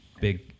big